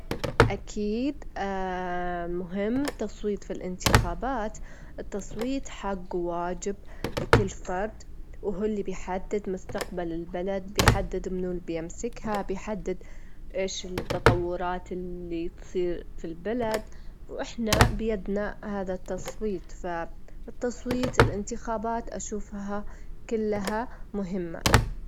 السيارة أجول أنها تتكون من محرك، والسيارة يكون لها هيكل معدني، وعندها إطارات وبطارية ونظام تكييف، وعجلة للقيادة، كل هاي المكونات تشتغل مع بعظها عشان تخلي السيارة تمشي وتكون مريحة للسواج.